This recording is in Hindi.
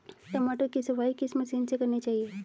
टमाटर की सफाई किस मशीन से करनी चाहिए?